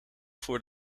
voor